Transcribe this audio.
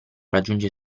raggiunge